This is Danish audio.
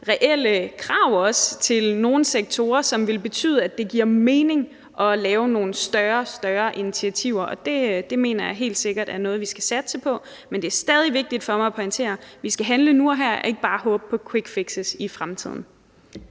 reelle krav til nogle sektorer, som vil betyde, at det giver mening at lave nogle større og større initiativer. Og det mener jeg helt sikkert er noget, vi skal satse på. Men det er stadig vigtigt for mig at pointere, at vi skal handle nu og her og ikke bare håbe på quickfixes i fremtiden.